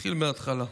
נתחיל מההתחלה.